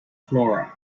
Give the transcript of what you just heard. flora